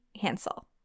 Hansel